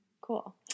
Cool